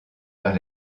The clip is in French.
par